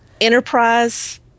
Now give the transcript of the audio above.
Enterprise